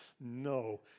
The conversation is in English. No